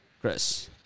Chris